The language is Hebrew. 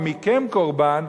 "מכם קרבן",